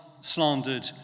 slandered